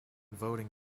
voting